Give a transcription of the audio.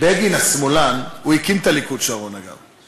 הוא הקים את הליכוד, שרון, אגב.